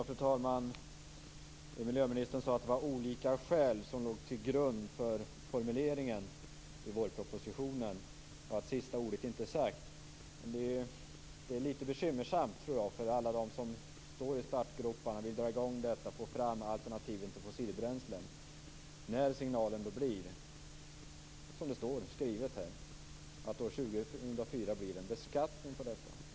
Fru talman! Miljöministern sade att det var olika skäl som låg till grund för formuleringen i vårpropositionen och att sista ordet inte är sagt. Det är lite bekymmersamt, tror jag, för alla dem som står i startgroparna för att få fram alternativen till fossilbränslen när signalen blir, som det står skrivet här, att det år 2004 blir en beskattning på dessa.